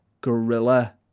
gorilla